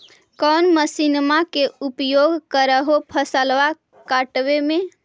कौन मसिंनमा के उपयोग कर हो फसलबा काटबे में?